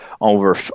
over